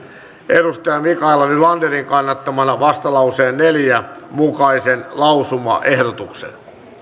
on mikaela nylanderin kannattamana vastalauseen neljän mukaisen lausumaehdotuksen